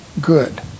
good